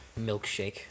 milkshake